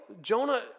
Jonah